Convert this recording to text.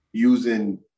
using